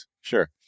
Sure